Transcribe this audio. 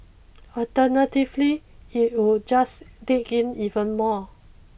alternatively it would just dig in even more